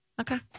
Okay